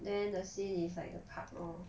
then the scene is like the park lor